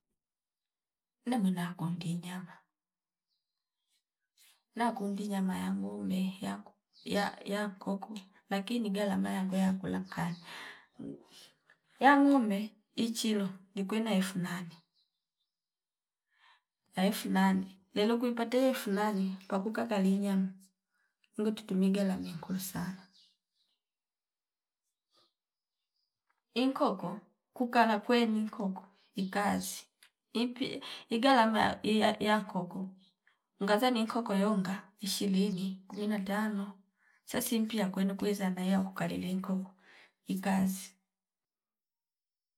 Namwina kundi nyama nakundi nyama ya ngumbe yaku ya- yakoko lakini ghalama yako yakula kali ya ngombe ichilo likwena elfu nane ahh elfu nane nelekwi pata elfu nane pakuka kali nyama nungo tutumi galame nkuu sana. Inkoko kukala kweni inkoko ikazi ipi ighalama yqa iya yankoko ngaza ni nkoko yonga ishirini kumi na tano sasi mpya yakweno kwiza nayo yakukalini linkoko ikazi